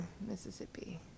Mississippi